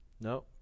No